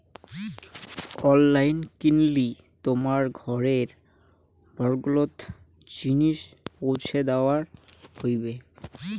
online কিনলি তোমার ঘরের বগলোত জিনিস পৌঁছি দ্যাওয়া হইবে